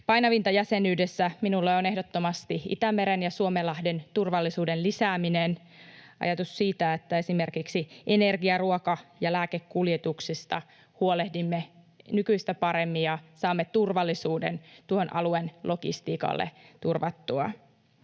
Painavinta jäsenyydessä minulle on ehdottomasti Itämeren ja Suomenlahden turvallisuuden lisääminen, ajatus siitä, että esimerkiksi energia-, ruoka- ja lääkekuljetuksista huolehdimme nykyistä paremmin ja saamme turvallisuuden tuon alueen logistiikalle turvattua.